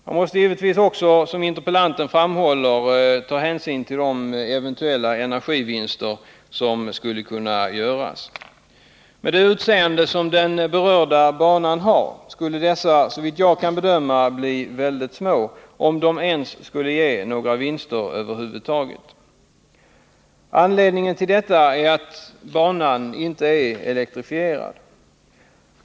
Vi måste givetvis också, som interpellanten framhåller, ta hänsyn till de eventuella energivinster som kan göras. Med det utseende som den berörda banan har skulle dessa, såvitt jag kan bedöma, bli mycket små, om det ens skulle bli några vinster över huvud taget. Anledningen till detta är att banan inte är elektrifierad.